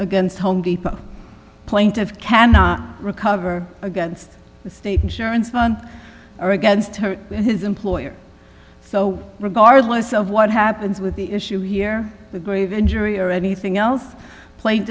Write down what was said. against home depot plaintive cannot recover against the state insurance fund or against her his employer so regardless of what happens with the issue here the grave injury or anything else pla